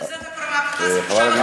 אז קצת צניעות, ותירגעי.